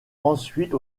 ensuite